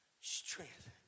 strength